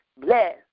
bless